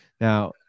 Now